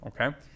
Okay